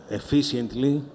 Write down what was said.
efficiently